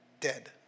dead